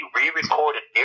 re-recorded